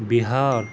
Bihar